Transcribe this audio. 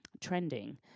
trending